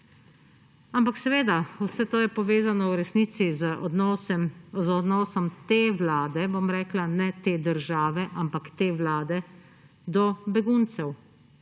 Ampak seveda vse to je povezano v resnici z odnosom te vlade – ne te države, ampak te vlade – do beguncev.